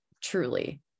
truly